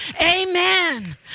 Amen